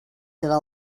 serà